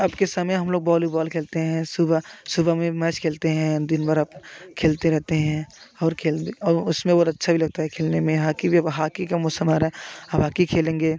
अबके समय हम लोग वॉलीबॉल खेलते हैं सुबह सुबह में मैच खेलते हैं दिनभर अप खेलते रहते हैं और खेल और उसमें और अच्छा भी लगता है खेलने में हाकी भी हाकी का मौसम आ रहा है अब हाकी खेलेंगे